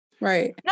Right